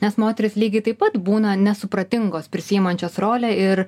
nes moterys lygiai taip pat būna nesupratingos prisiimančios rolę ir